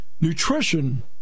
Nutrition